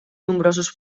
nombrosos